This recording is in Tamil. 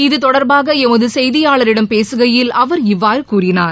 இத்தொடர்பாக எமது செய்தியாளரிடம் பேசுகையில் அவர் இவ்வாறு கூறினார்